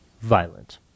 violent